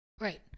right